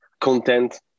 content